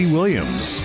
Williams